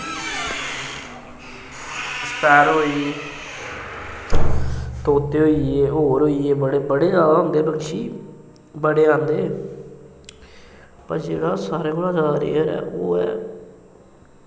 sparrow होई गेई तोते होई गे होर होई गे बड़े बड़े जैदा होंदा पक्षी बड़े आंदे पर जेह्ड़ा सारें कोला जैदा रेयर प ऐ ओह् ऐ